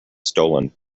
stolen